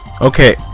Okay